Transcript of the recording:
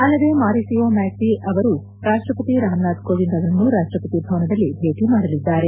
ಅಲ್ಲದೆ Mauricio Macri ಅವರು ರಾಷ್ಟಪತಿ ರಾಮನಾಥ ಕೋವಿಂದ್ ಅವರನ್ನು ರಾಷ್ಟಪತಿ ಭವನದಲ್ಲಿ ಭೇಟಿ ಮಾಡಲಿದ್ದಾರೆ